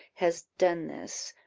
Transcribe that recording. has done this.